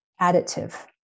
additive